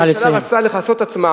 הממשלה רצתה לכסות את עצמה